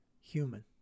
human